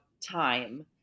time